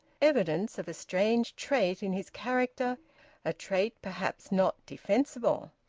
evidence of a strange trait in his character a trait perhaps not defensible!